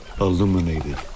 illuminated